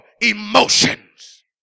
emotions